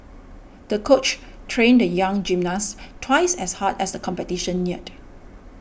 the coach trained the young gymnast twice as hard as the competition neared